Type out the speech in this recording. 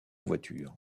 voiture